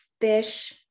fish